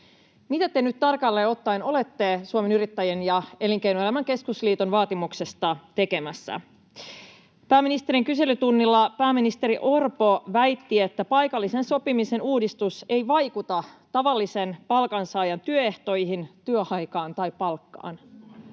mitä te nyt tarkalleen ottaen olette Suomen Yrittäjien ja Elinkeinoelämän keskusliiton vaatimuksesta tekemässä. Pääministerin kyselytunnilla pääministeri Orpo väitti, että paikallisen sopimisen uudistus ei vaikuta tavallisen palkansaajan työehtoihin, työaikaan tai palkkaan,